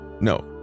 No